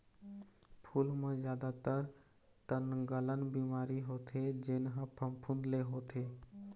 फूल म जादातर तनगलन बिमारी होथे जेन ह फफूंद ले होथे